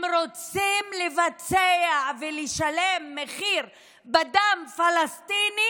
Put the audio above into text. הם רוצים לבצע ולשלם מחיר בדם פלסטיני